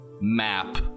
map